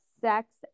sex